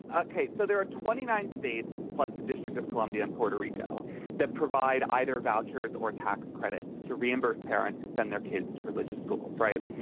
ok. so there are twenty nine states plus the district of columbia and puerto rico that provide either vouchers or tax credits to reimburse parents who send their kids to religious schools. right.